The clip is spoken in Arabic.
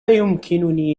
يمكنني